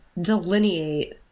delineate